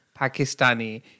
Pakistani